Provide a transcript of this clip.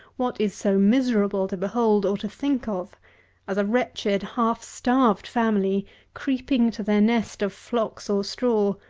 what is so miserable to behold or to think of as a wretched, half-starved family creeping to their nest of flocks or straw,